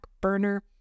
burner